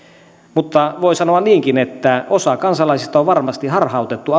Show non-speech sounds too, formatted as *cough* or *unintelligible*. mutta voi sanoa niinkin että osaa kansalaisista on varmasti harhautettu *unintelligible*